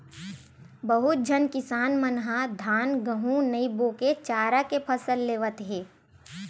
बहुत झन किसान मन ह धान, गहूँ नइ बो के चारा के फसल लेवत हे